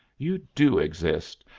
you do exist,